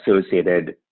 associated